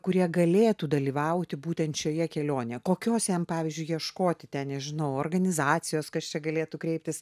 kurie galėtų dalyvauti būtent šioje kelionėje kokios jam pavyzdžiui ieškoti ten nežinau organizacijos kas čia galėtų kreiptis